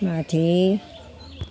माथि